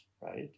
right